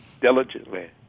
diligently